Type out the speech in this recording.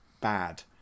bad